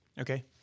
Okay